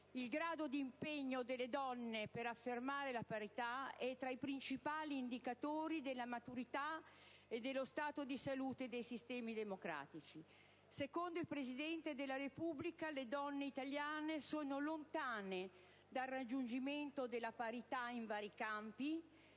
«il grado di impegno delle donne per affermare la parità è tra i principali indicatori della maturità e dello stato di salute dei sistemi democratici». Secondo il Presidente della Repubblica, «le donne italiane sono lontane dal raggiungimento della parità in vari campi».